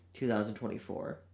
2024